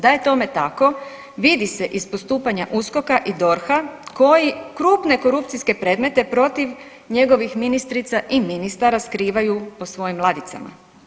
Da je tome tako, vidi se iz postupanja USKOK-a i DORH-a koji krupne korupcijske predmete protiv njegovih ministrica i ministara skrivaju po svojim ladicama.